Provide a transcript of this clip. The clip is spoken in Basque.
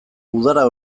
udara